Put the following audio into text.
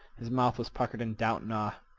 his mouth was puckered in doubt and awe.